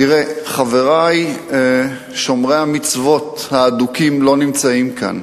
תראה, חברי שומרי המצוות האדוקים לא נמצאים כאן.